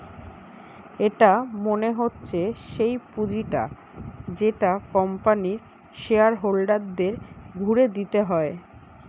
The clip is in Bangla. এটা মনে হচ্ছে সেই পুঁজিটা যেটা কোম্পানির শেয়ার হোল্ডারদের ঘুরে দিতে হয়